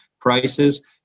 prices